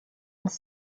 als